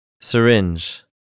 Syringe